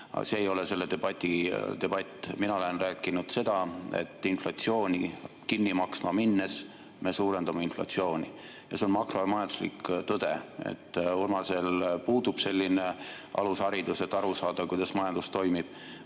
see ei ole selle debati debatt. Mina olen rääkinud seda, et inflatsiooni kinni maksma minnes me suurendame inflatsiooni. See on makromajanduslik tõde. Urmasel puudub selline alusharidus, et aru saada, kuidas majandus toimib.